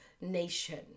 nation